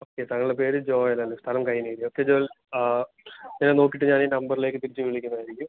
okay താങ്കളുടെ പേര് ജോയൽ അല്ലേ സ്ഥലം കൈനകരി ഓക്കെ ജോയൽ ഞാൻ നോക്കിയിട്ട് ഞാൻ ഓ നമ്പറിലേക്ക് തിരിച്ചു വിളിക്കുന്നതായിരിക്കും